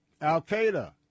Al-Qaeda